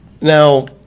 Now